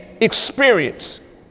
experience